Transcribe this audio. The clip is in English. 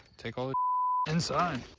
take all this inside.